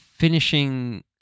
Finishing